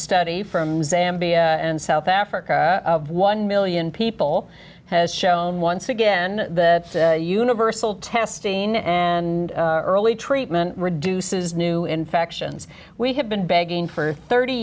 study from zambia and south africa of one million people has shown once again the universal testing and early treatment reduces new infections we have been begging for thirty